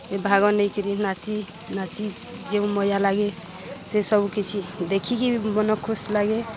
ରେ ଭାଗ ନେଇକିରି ନାଚି ନାଚି ଯେଉଁ ମଜା ଲାଗେ ସେସବୁ କିଛି ଦେଖିକି ବି ମନ ଖୁସ୍ ଲାଗେ